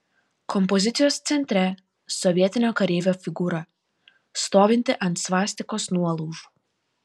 kompozicijos centre sovietinio kareivio figūra stovinti ant svastikos nuolaužų